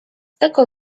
tego